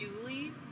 Julie